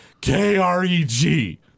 K-R-E-G